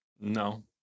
No